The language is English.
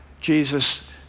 Jesus